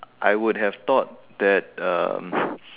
I would have thought that um